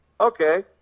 Okay